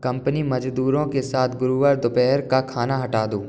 company मजदूरों के साथ गुरूवार दोपहर का खाना हटा दो